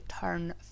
turn